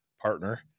partner